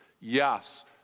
yes